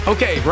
Okay